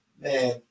Man